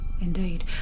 Indeed